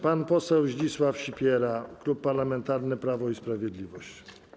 Pan poseł Zdzisław Sipiera, Klub Parlamentarny Prawo i Sprawiedliwość.